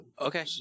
okay